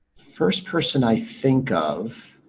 first person i think of?